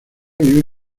vive